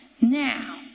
now